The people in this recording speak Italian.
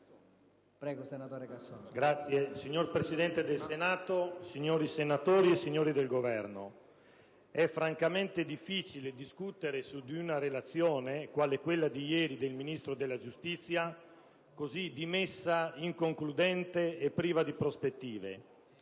Signor Presidente, onorevoli rappresentanti del Governo, colleghi, è francamente difficile discutere su di una relazione, quale quella di ieri del Ministro della giustizia, così dimessa, inconcludente e priva di prospettive;